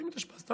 ואם התאשפזת,